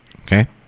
okay